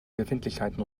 befindlichkeiten